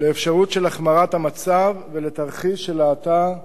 לאפשרות של החמרת המצב ולתרחיש של האטה חמורה,